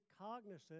cognizant